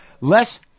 Less